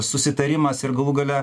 susitarimas ir galų gale